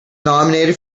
nominated